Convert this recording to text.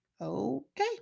Okay